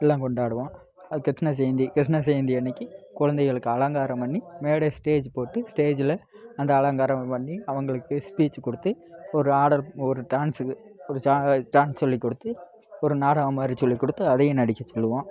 எல்லாம் கொண்டாடுவோம் அது கிருஷ்ண ஜெயந்தி கிருஷ்ண ஜெயந்தி அன்றைக்கி கொழந்தைகளுக்கு அலங்காரம் பண்ணி மேடை ஸ்டேஜ் போட்டு ஸ்டேஜில் அந்த அலங்காரம் பண்ணி அவங்களுக்கு ஸ்பீச் கொடுத்து ஒரு ஆடர் ஒரு டான்ஸுக்கு ஒரு சா டான்ஸ் சொல்லிக் கொடுத்து ஒரு நாடகம் மாதிரி சொல்லிக் கொடுத்து அதையும் நடிக்கச் சொல்லுவோம்